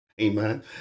amen